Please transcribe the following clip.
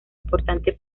importante